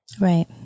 right